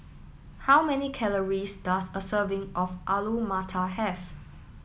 how many calories does a serving of Alu Matar have